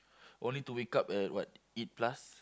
only to wake up at what eight plus